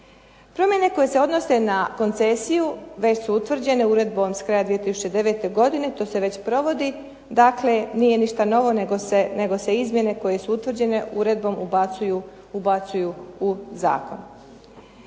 Promjene koje se odnose na koncesiju već su utvrđene uredbom s kraja 2009. godine, to se već provodi, dakle nije ništa novo nego se izmjene koje su utvrđene uredbom ubacuju u zakon.